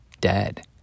dead